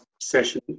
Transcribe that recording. session